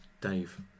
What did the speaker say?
Dave